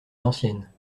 l’ancienne